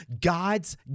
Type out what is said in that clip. God's